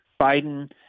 Biden